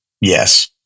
yes